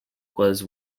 was